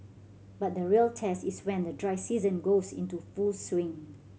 but the real test is when the dry season goes into full swing